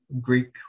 Greek